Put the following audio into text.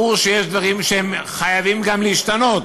ברור שיש דברים שגם חייבים להשתנות.